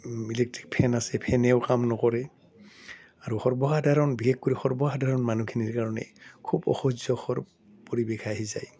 electric fan আছে ফেনেও কাম নকৰে আৰু সৰ্বসাধাৰণ বিশেষকৰি সৰ্বসাধাৰণ মানুহখিনিৰ কাৰণে খুব অসহ্যকৰ পৰিৱেশ আহি যায়